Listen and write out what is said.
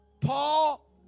Paul